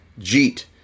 Jeet